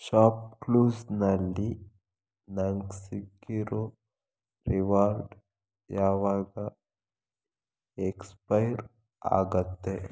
ಶಾಪ್ಕ್ಲೂಸ್ನಲ್ಲಿ ನಂಗೆ ಸಿಕ್ಕಿರೋ ರಿವಾರ್ಡ್ ಯಾವಾಗ ಎಕ್ಸ್ಪೈರ್ ಆಗುತ್ತೆ